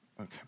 okay